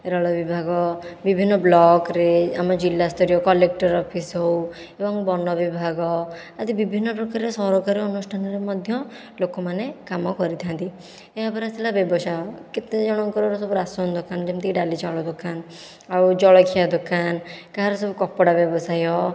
ରେଳବିଭାଗ ବିଭିନ୍ନ ବ୍ଲକ୍ରେ ଆମ ଜିଲ୍ଲାସ୍ତରୀୟ କଲେକ୍ଟର ଅଫିସ୍ ହଉ ଏବଂ ବନବିଭାଗ ଆଦି ବିଭିନ୍ନପ୍ରକାର ସରକାରୀ ଅନୁଷ୍ଠାନରେ ମଧ୍ୟ ଲୋକମାନେ କାମ କରିଥାନ୍ତି ଏହାପରେ ଆସିଲା ବ୍ୟବସାୟ କେତେଜଣଙ୍କର ସବୁ ରାସନ ଦୋକାନ ଯେମିତିକି ଡାଲି ଚାଉଳ ଦୋକାନ ଆଉ ଜଳଖିଆ ଦୋକାନ କାହାର ସବୁ କପଡ଼ା ବ୍ୟବସାୟ